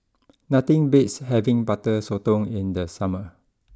nothing beats having Butter Sotong in the summer